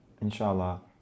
inshallah